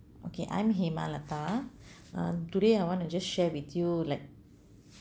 okay I'm hemalekha um today I want to just share with you like